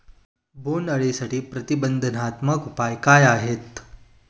बोंडअळीसाठी प्रतिबंधात्मक उपाय काय आहेत?